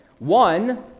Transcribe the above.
One